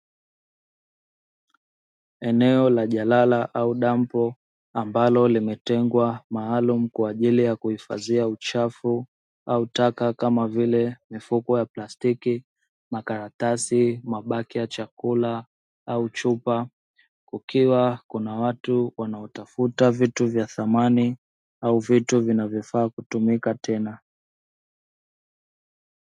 eneo la jalala au dampo ambalo limetengwa mahali kwa ajili ya kuifadhia uchafu au taka kama vile mifuko ya plastiki, makaratasi, mabaki ya chakula au chupa, kukiwa kuna watu wanaotafuta vitu vya thamani au vitu vinavyofaa kutumika tena.